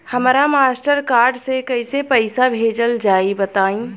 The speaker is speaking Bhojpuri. हमरा मास्टर कार्ड से कइसे पईसा भेजल जाई बताई?